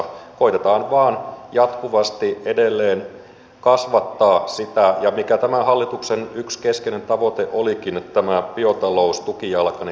koetetaan vain jatkuvasti edelleen kasvattaa sitä ja kun olikin tämän hallituksen yksi keskeinen tavoite tämä biotaloustukijalka niin koetetaan kasvattaa sitä tukijalkaa